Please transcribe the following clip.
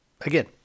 again